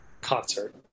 concert